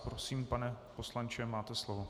Prosím, pane poslanče, máte slovo.